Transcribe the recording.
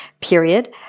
period